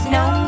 no